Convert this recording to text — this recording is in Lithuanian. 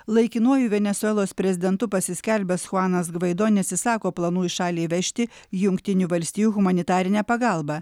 laikinuoju venesuelos prezidentu pasiskelbęs chuanas gvaido neatsisako planų į šalį įvežti jungtinių valstijų humanitarinę pagalbą